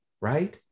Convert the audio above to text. right